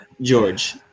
George